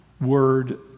word